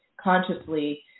consciously